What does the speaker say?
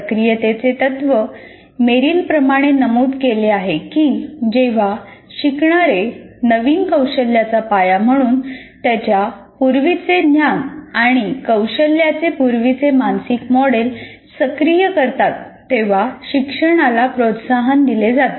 सक्रियतेचे तत्त्व मेरिलप्रमाणे नमूद केले आहे की 'जेव्हा शिकणारे नवीन कौशल्याचा पाया म्हणून त्यांच्या पूर्वीचे ज्ञान आणि कौशल्याचे पूर्वीचे मानसिक मॉडेल सक्रिय करतात तेव्हा शिक्षणाला प्रोत्साहन दिले जाते